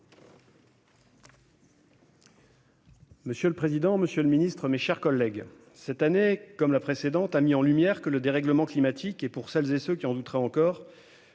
Monsieur le président, monsieur le ministre, mes chers collègues, cette année, comme la précédente, a mis en lumière que le dérèglement climatique est, pour celles et ceux qui en douteraient encore,